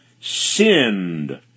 sinned